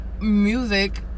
music